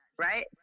right